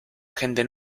gente